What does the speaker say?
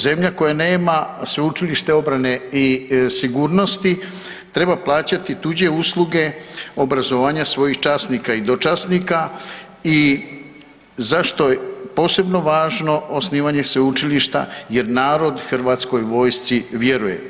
Zemlja koja nema sveučilište obrane i sigurnosti treba plaćati tuđe usluge obrazovanja svojih časnika i dočasnika i zašto posebno važno osnivanje sveučilišta, jer narod Hrvatskoj vojsci vjeruje.